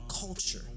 culture